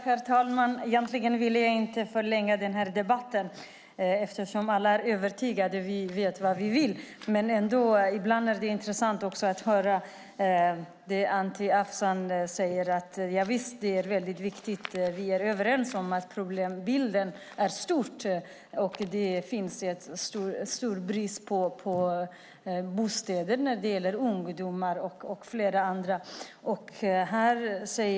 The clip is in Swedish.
Herr talman! Jag vill egentligen inte förlänga debatten eftersom vi alla är övertygade och vet vad vi vill. Men det kan vara intressant att höra vad Anti Avsan menar. Han säger att detta är viktigt och att vi är överens om att problemet är stort och att det är stor brist på bostäder för ungdomar och andra.